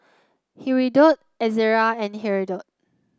Hirudoid Ezerra and Hirudoid